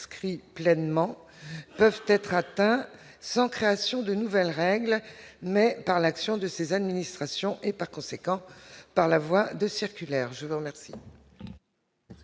ce cri pleinement peuvent être atteints sans création de nouvelles règles, mais par l'action de ces administrations et par conséquent par la voie de circulaires, je vous remercie.